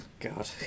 god